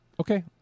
Okay